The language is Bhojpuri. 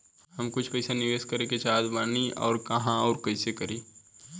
हम कुछ पइसा निवेश करे के चाहत बानी और कहाँअउर कइसे करी?